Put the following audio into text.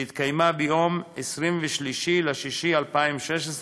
שהתקיימה ביום 23 ביוני 2016,